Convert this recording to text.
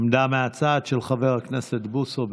עמדה מהצד, של חבר הכנסת בוסו.